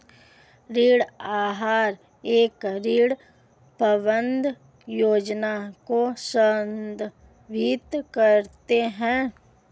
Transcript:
ऋण आहार एक ऋण प्रबंधन योजना को संदर्भित करता है